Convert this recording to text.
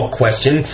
question